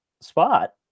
spot